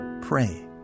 Pray